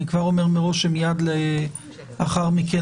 אני כבר אומר מראש שמייד לאחר מכן,